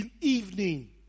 evening